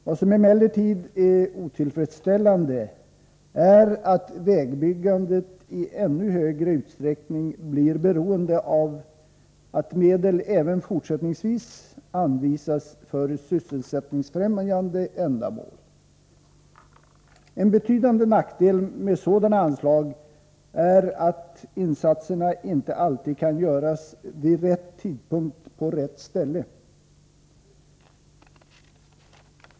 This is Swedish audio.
Vad som emellertid är otillfredsställande är att vägbyggandet i ännu större utsträckning blir beroende av att medel även fortsättningsvis anvisas för sysselsättningsfrämjande ändamål. En betydande nackdel med sådana anslag är att insatserna inte alltid kan göras vid rätt tidpunkt på rätt ställe.